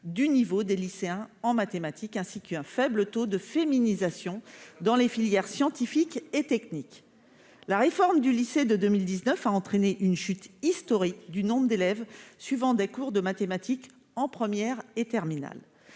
du niveau des lycéens en la matière, ainsi qu'un faible taux de féminisation dans les filières scientifiques et techniques. La réforme du lycée de 2019 a entraîné une chute historique du nombre d'élèves suivant des cours de mathématiques en première et en terminale.